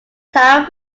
tara